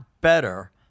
better